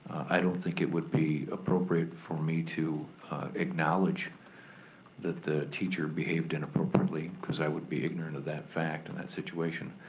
i don't think it would be appropriate for me to acknowledge that the teacher behaved inappropriately, cause i would be ignorant of that fact and that situation.